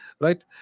right